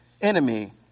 enemy